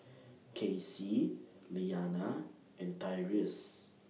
Kaycee Lilianna and Tyreese